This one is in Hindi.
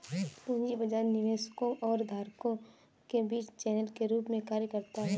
पूंजी बाजार निवेशकों और उधारकर्ताओं के बीच चैनल के रूप में कार्य करता है